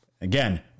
Again